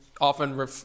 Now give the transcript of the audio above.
often